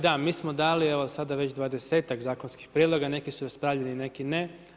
Da mi smo dali, evo sada već 20-ak zakonskih prijedloga, neki su raspravljeni, neki ne.